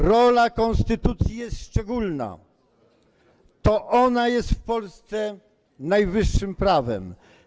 Rola konstytucji jest szczególna, to ona jest w Polsce najwyższym prawem.